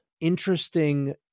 interesting